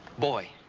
boy.